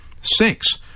Six